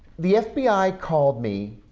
the fbi called me.